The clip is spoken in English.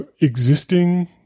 existing